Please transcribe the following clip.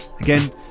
Again